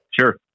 sure